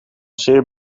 zeer